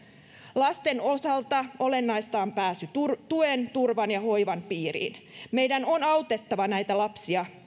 lasten osalta olennaista on pääsy tuen turvan ja hoivan piiriin meidän on autettava näitä lapsia